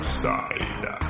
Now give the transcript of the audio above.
side